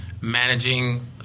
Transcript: managing